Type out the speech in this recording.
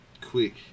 Quick